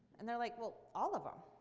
and they're like, well, all of them.